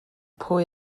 pwy